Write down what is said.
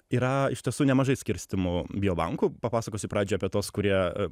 yra iš tiesų nemažai skirstymų bio bankų papasakosiu pradžioj apie tuos kurie